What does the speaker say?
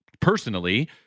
personally